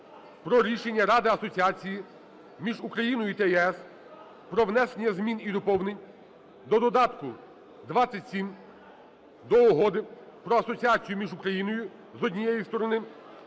про Рішення Ради асоціації між Україною та ЄС про внесення змін і доповнень до Додатку XXVII до Угоди про асоціацію між Україною, з однієї сторони,